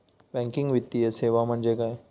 Banking वित्तीय सेवा म्हणजे काय?